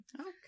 Okay